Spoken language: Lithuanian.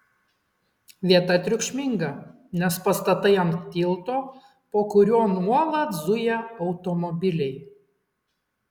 vieta triukšminga nes pastatai ant tilto po kuriuo nuolat zuja automobiliai